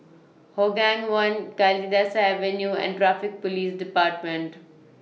Hougang one Kalidasa Avenue and Traffic Police department